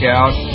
out